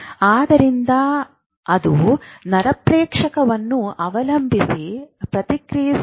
ಆದ್ದರಿಂದ ಅವರು ನರಪ್ರೇಕ್ಷಕವನ್ನು ಅವಲಂಬಿಸಿ ಪ್ರತಿಕ್ರಿಯಿಸುತ್ತಾರೆ